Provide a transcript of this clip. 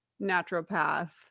naturopath